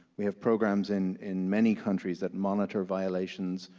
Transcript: we have programs in in many countries that monitor violations,